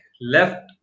left